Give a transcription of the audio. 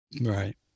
right